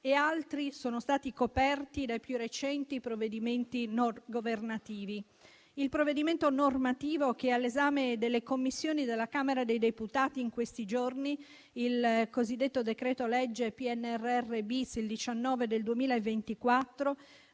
e altri sono stati coperti dai più recenti provvedimenti non governativi. Il provvedimento normativo che è all'esame delle Commissioni della Camera dei deputati in questi giorni - il decreto-legge 2 marzo 2024,